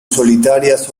solitarias